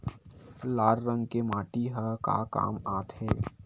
लाल रंग के माटी ह का काम आथे?